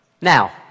Now